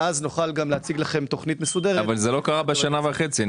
ואז נוכל להציג לכם תוכנית מסודרת --- אבל זה לא קרה בשנה וחצי,